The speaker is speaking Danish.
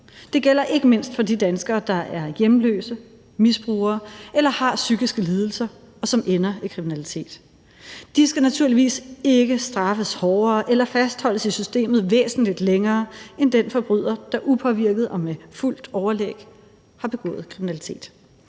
Det gælder ikke mindst for de danskere, der er hjemløse, misbrugere eller har psykiske lidelser, og som ender i kriminalitet. De skal naturligvis ikke straffes hårdere eller fastholdes i systemet væsentlig længere end den forbryder, der upåvirket og med fuldt overlæg har begået kriminalitet.